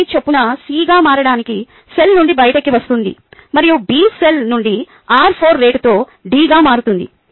r3 చొప్పున C గా మారడానికి సెల్ నుండి బయటికి వస్తుంది మరియు B సెల్ నుండి r4 రేటుతో D గా మారుతుంది